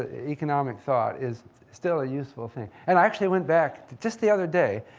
ah economic thought, is still a useful thing. and i actually went back, just the other day,